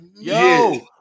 Yo